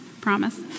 promise